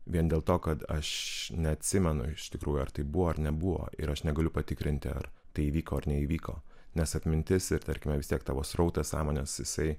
vien dėl to kad aš neatsimenu iš tikrųjų ar tai buvo ar nebuvo ir aš negaliu patikrinti ar tai įvyko ar neįvyko nes atmintis ir tarkime vis tiek tavo srautas sąmonės jisai